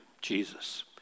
Jesus